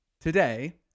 today